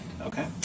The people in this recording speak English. okay